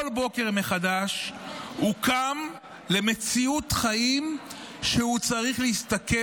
כל בוקר מחדש הוא קם למציאות חיים שבה הוא צריך להסתכל